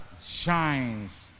shines